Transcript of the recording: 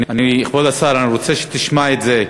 אני רוצה שתשמע את זה.